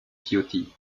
ciotti